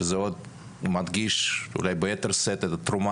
שזה עוד מדגיש אולי ביתר שאת את התרומה